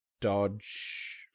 dodge